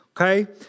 okay